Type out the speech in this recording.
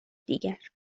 دیگر